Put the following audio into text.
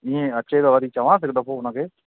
इएं अचे त वरी चवांसि हिकु दफ़ो हुनखे